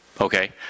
Okay